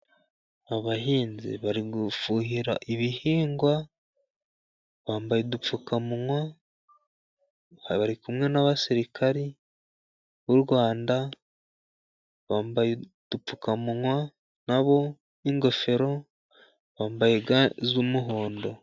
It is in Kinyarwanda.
Abahinzi bari gufuhira ibihingwa, bambaye udupfukamunwa, bari kumwe n'abasirikari b'u Rwanda, bambaye udupfukamunwa na bo, n'ingofero, bambaye ga z'umuhondo.